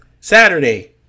Saturday